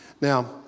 Now